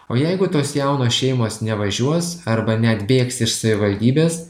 o jeigu tos jaunos šeimos nevažiuos arba net bėgs iš savivaldybės